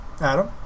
Adam